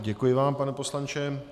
Děkuji vám, pane poslanče.